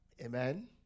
Amen